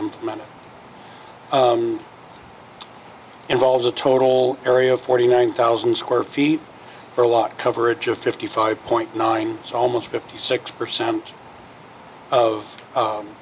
implemented involves a total area of forty nine thousand square feet for a lot coverage of fifty five point nine almost fifty six percent of